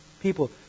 people